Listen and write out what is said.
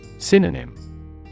Synonym